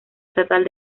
estatal